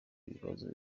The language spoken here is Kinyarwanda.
ibibazo